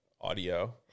audio